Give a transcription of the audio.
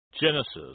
Genesis